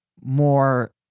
more